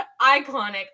Iconic